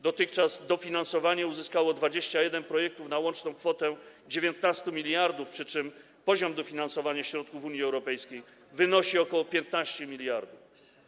Dotychczas dofinansowanie uzyskało 21 projektów na łączną kwotę 19 mld, przy czym poziom dofinansowania ze środków Unii Europejskiej wynosi ok. 15 mld.